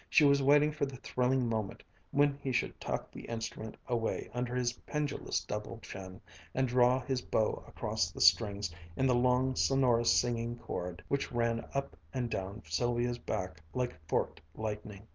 she was waiting for the thrilling moment when he should tuck the instrument away under his pendulous double chin and draw his bow across the strings in the long sonorous singing chord, which ran up and down sylvia's back like forked lightning.